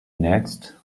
next